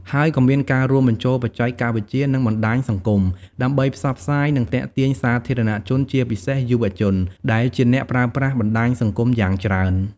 ហើយក៏មានការរួមបញ្ចូលបច្ចេកវិទ្យា និងបណ្តាញសង្គម ដើម្បីផ្សព្វផ្សាយ និងទាក់ទាញសាធារណជនជាពិសេសយុវជន ដែលជាអ្នកប្រើប្រាស់បណ្តាញសង្គមយ៉ាងច្រើន។